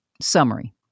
summary